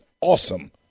awesome